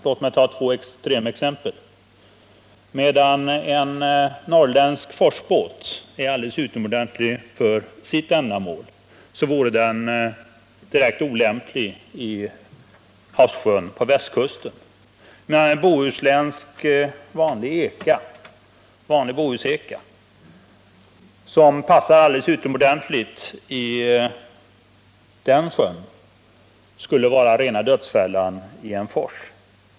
Låt mig ta två extrema exempel. En norrländsk forsbåt är alldeles utomordentlig för sitt ändamål, men den vore direkt olämplig i havssjön på västkusten. En vanlig Bohuseka, som passar utomordentligt i den sjön, skulle vara rena dödsfällan i en fors.